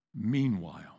meanwhile